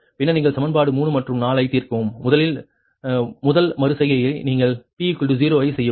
பின்னர் நீங்கள் சமன்பாடு 3 மற்றும் 4 ஐ தீர்க்கவும் முதலில் முதல் மறு செய்கையை நீங்கள் p 0 ஐ செய்யவும்